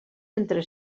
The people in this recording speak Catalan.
entre